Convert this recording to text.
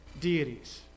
deities